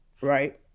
right